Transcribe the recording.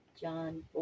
John